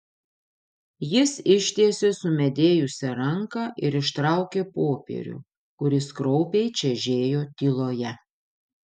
jis ištiesė sumedėjusią ranką ir ištraukė popierių kuris kraupiai čežėjo tyloje